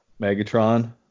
Megatron